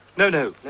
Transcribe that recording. no no.